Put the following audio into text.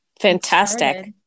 fantastic